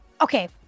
Okay